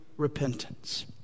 repentance